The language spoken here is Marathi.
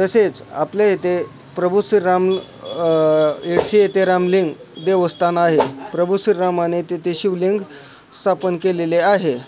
तसेच आपल्या येथे प्रभु श्री राम येडशी येथे रामलिंग देवस्थान आहे प्रभु श्री रामाने तेथे शिवलिंग स्थापन केलेले आहे